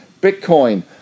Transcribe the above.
Bitcoin